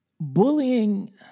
Bullying